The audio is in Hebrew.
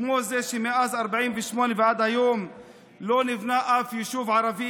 כמו זה שמאז 1948 ועד היום לא נבנה אף יישוב ערבי